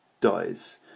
dies